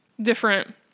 different